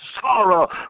sorrow